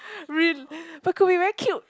real but could be very cute